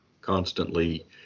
constantly